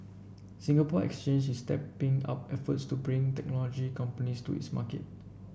Singapore Exchange is stepping up efforts to bring technology companies to its market